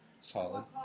Solid